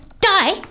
Die